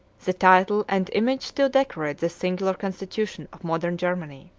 the title and image still decorate the singular constitution of modern germany.